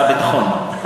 הוא שר הביטחון.